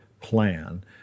plan